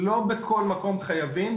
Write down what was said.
לא בכל מקום חייבים,